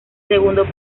segundo